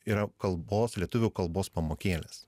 yra kalbos lietuvių kalbos pamokėlės